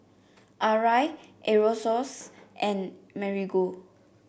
Arai Aerosoles and Marigold